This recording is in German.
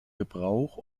gebrauch